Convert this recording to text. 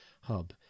hub